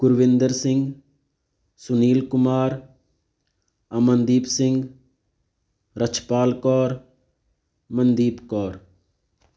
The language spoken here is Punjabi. ਗੁਰਵਿੰਦਰ ਸਿੰਘ ਸੁਨੀਲ ਕੁਮਾਰ ਅਮਨਦੀਪ ਸਿੰਘ ਰਛਪਾਲ ਕੌਰ ਮਨਦੀਪ ਕੌਰ